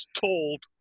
told